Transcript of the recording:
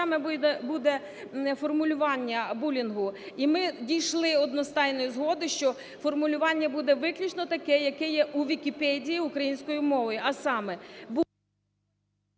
саме буде формулювання булінгу. І ми дійшли одностайної згоди, що формулювання буде виключно таке, яке є у Вікіпедії українською мовою,